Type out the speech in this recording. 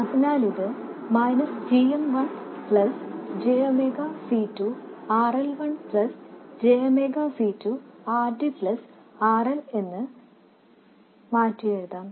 അതിനാലിത് minus g m one plus j omega C 2 RL1 plus j omega C2 RD plus RL എന്ന് മാറ്റിയെഴുതാം